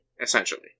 essentially